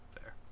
Fair